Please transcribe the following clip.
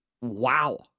Wow